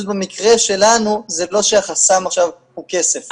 פשוט במקרה שלנו זה לא שהחסם עכשיו הוא כסף.